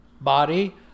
body